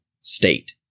state